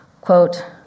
Quote